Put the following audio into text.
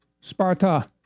Sparta